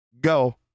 go